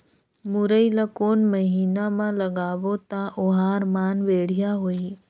मुरई ला कोन महीना मा लगाबो ता ओहार मान बेडिया होही?